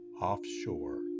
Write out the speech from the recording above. offshore